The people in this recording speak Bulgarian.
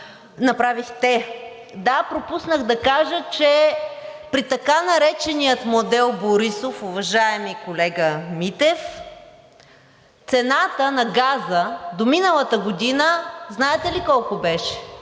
направихте. Да, пропуснах да кажа, че при така наречения модел „Борисов“, уважаеми колега Митев, цената на газа до миналата година знаете ли колко беше?